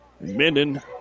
Minden